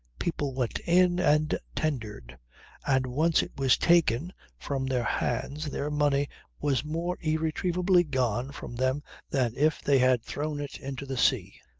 people went in and tendered and once it was taken from their hands their money was more irretrievably gone from them than if they had thrown it into the sea.